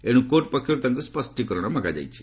ଏଣୁ କୋର୍ଟ ପକ୍ଷରୁ ତାଙ୍କୁ ସକ୍ଷୀକରଣ ମଗାଯାଇଛି